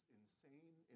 insane